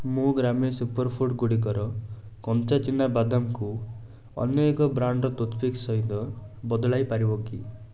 ମୁଁ ଗ୍ରାମି ସୁପରଫୁଡ୍ ଗୁଡ଼ିକର କଞ୍ଚା ଚିନା ବାଦାମକୁ ଅନ୍ୟ ଏକ ବ୍ରାଣ୍ଡ୍ର ଟୁଥ୍ପିକ୍ ସହିତ ବଦଳାଇ ପାରିବ କି